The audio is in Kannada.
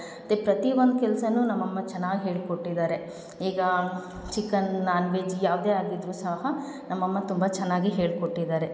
ಮತ್ತು ಪ್ರತಿಯೊಂದ್ ಕೆಲಸನೂ ನಮ್ಮ ಅಮ್ಮ ಚೆನ್ನಾಗಿ ಹೇಳಿಕೊಟ್ಟಿದ್ದಾರೆ ಈಗ ಚಿಕನ್ ನಾನ್ವೆಜ್ ಯಾವುದೇ ಆಗಿದ್ರೂ ಸಹ ನಮ್ಮ ಅಮ್ಮ ತುಂಬ ಚೆನ್ನಾಗಿ ಹೇಳಿಕೊಟ್ಟಿದ್ದಾರೆ